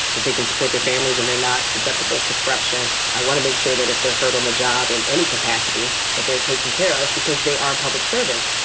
that they can support their families and they're not susceptible to corruption. i want to make sure that if they're hurt on the job in any capacity that they're taking care of because they are public servants.